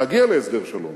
להגיע להסדר שלום